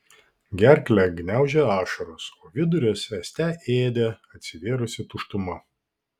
gerklę gniaužė ašaros o vidurius ėste ėdė atsivėrusi tuštuma